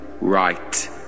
Right